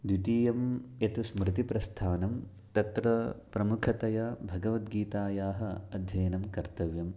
द्वितीयं यत् स्मृतिप्रस्थानं तत्र प्रमुखतया भगवद्गीतायाः अध्ययनं कर्तव्यं